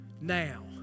now